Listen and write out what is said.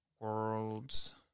World's